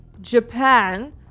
Japan